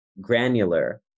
granular